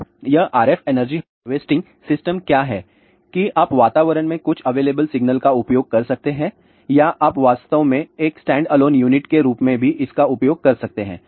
तो यह RF energy harvesting system क्या है कि आप वातावरण में कुछ अवेलेबल सिग्नल का उपयोग कर सकते हैं है या आप वास्तव में एक स्टैंडअलोन यूनिट के रूप में भी इसका उपयोग कर सकते हैं